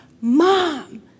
Mom